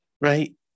Right